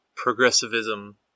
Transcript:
progressivism